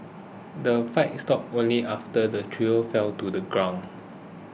the fight stopped only after the trio fell to the ground